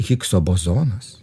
higso bozonas